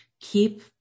keep